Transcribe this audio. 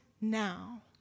now